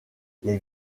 les